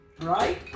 right